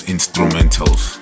Instrumentals